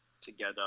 together